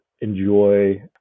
enjoy